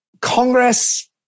Congress